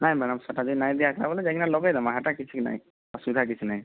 ନାଇଁ ମ୍ୟାଡ଼ମ୍ ସେଇଟା ଯେ ନାଇଁ ଦିଆ ହେଇଥିଲା ବୋଲି ଯାଇକିନି ଲଗେଇ ଦେମାଁ ସେଇଟା କିଛି ନାଇଁ ଅସୁବିଧା କିଛି ନାଇଁ